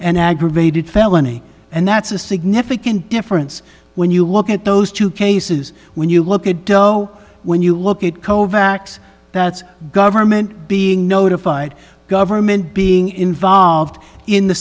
an aggravated felony and that's a significant difference when you look at those two cases when you look at doe when you look at kovacs that's government being notified government being involved in the